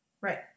Right